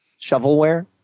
Shovelware